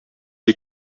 est